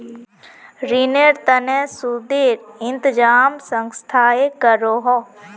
रिनेर तने सुदेर इंतज़ाम संस्थाए करोह